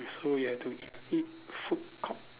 so you have to eat eat food court